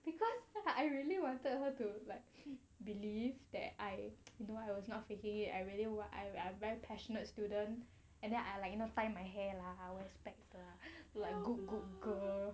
because I really wanted her to like believe that I don't want you not faking it I really I very passionate student and then I like you know find my hair lah wear my specs like good good girl